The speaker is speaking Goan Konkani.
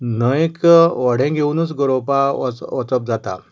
न्हंयेक व्हडें घेवनूच गरोवपाक वच वचप जाता